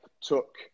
took